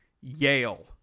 Yale